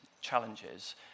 challenges